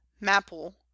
maple